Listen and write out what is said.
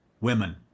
women